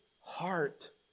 heart